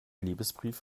liebesbrief